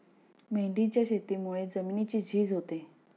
मेंढीच्या शेतीमुळे जमिनीची झीज होते